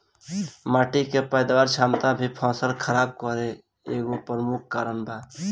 माटी के पैदावार क्षमता भी फसल खराब करे के एगो प्रमुख कारन बा